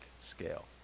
scale